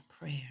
prayer